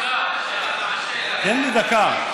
תן לי דקה.